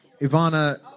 Ivana